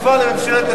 אני עובר למס'